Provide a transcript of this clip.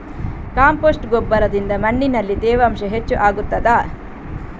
Compost ಗೊಬ್ಬರದಿಂದ ಮಣ್ಣಿನಲ್ಲಿ ತೇವಾಂಶ ಹೆಚ್ಚು ಆಗುತ್ತದಾ?